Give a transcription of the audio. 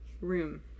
Room